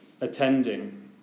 attending